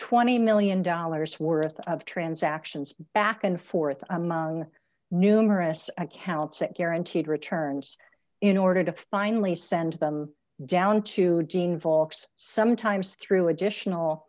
twenty million dollars worth of transactions back and forth among numerous accounts that guaranteed returns in order to finally send them down to dean vox sometimes through additional